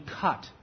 cut